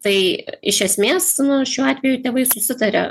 tai iš esmės nu šiuo atveju tėvai susitaria